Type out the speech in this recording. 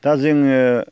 दा जोङो